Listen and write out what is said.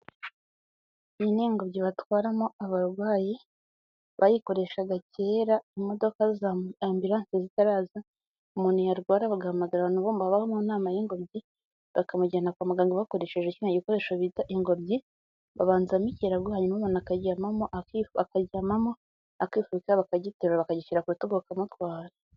Iyi ni ingobyi batwaramo abarwayi, bayikoreshaga kera imodoka za ambulance zitaraza, umuntu yarwara bagahamagara abantu baba mu nama y'ingobyi bakamujyana kwa muganga bakoresheje kiriya gikoresho bita ingobyi, babanzamo ikarago hanyuma umuntu akaryamamo, akaryamamo akifuka bakagiterura bakagishyira kurutugu bakamutwara.